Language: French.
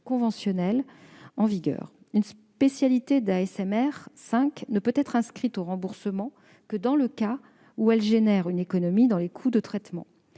conventionnels en vigueur. Une spécialité d'ASMR 5 ne peut être inscrite au remboursement que dans le cas où elle permet de diminuer les coûts des traitements